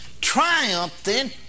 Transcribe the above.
triumphing